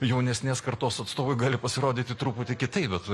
jaunesnės kartos atstovui gali pasirodyti truputį kitaip bet